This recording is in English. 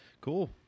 Cool